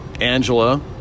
Angela